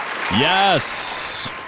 yes